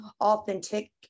authentic